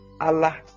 allah